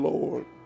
Lord